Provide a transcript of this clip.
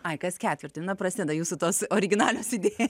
ai kas ketvirtį na prasideda jūsų tos originalios idėjos